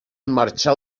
marxar